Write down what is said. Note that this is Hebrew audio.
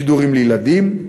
שידורים לילדים,